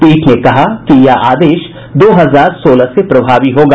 पीठ ने कहा कि यह आदेश दो हजार सोलह से प्रभावी होगा